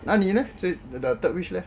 那你 leh the third wish leh